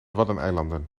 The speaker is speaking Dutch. waddeneilanden